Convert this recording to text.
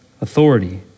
authority